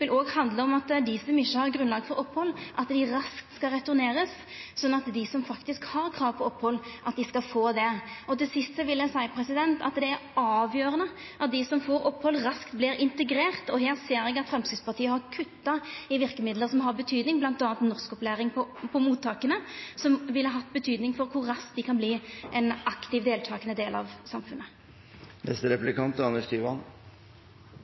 vil handla om at dei som ikkje har grunnlag for opphald, raskt skal returnerast, slik at dei som faktisk har krav på opphald, skal få det. Til sist vil eg seie at det er avgjerande at dei som får opphald, raskt vert integrerte, og her ser eg at Framstegspartiet har kutta i verkemiddel som har verknad, bl.a. norskopplæring på mottaka, som ville hatt verknad for kor raskt dei kan verta ein aktiv, deltakande del av